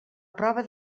prova